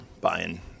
buying